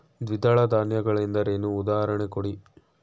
ದ್ವಿದಳ ಧಾನ್ಯ ಗಳೆಂದರೇನು, ಉದಾಹರಣೆ ಕೊಡಿ?